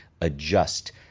adjust